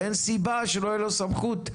ואין סיבה שלא תהיה לו סמכות,